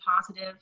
positive